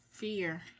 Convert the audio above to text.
Fear